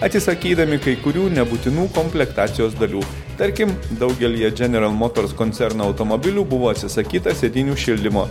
atsisakydami kai kurių nebūtinų komplektacijos dalių tarkim daugelyje general motors koncerno automobilių buvo atsisakyta sėdynių šildymo